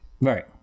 Right